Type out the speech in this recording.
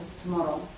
tomorrow